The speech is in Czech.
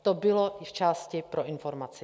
To bylo i v části pro informaci.